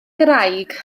graig